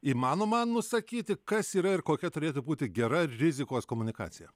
įmanoma nusakyti kas yra ir kokia turėtų būti gera rizikos komunikacija